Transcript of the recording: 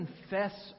confess